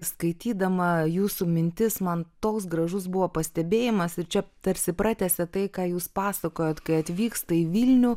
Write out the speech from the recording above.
skaitydama jūsų mintis man toks gražus buvo pastebėjimas ir čia tarsi pratęsia tai ką jūs pasakojot kai atvyksta į vilnių